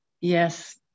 Yes